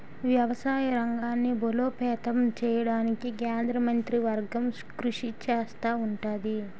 వ్యవసాయ రంగాన్ని బలోపేతం చేయడానికి కేంద్ర మంత్రివర్గం కృషి చేస్తా ఉంటది